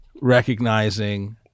recognizing